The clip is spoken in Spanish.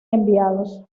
enviados